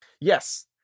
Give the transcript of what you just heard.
Yes